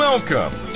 Welcome